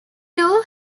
too